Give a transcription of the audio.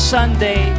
Sunday